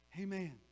Amen